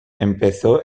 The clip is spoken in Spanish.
empezó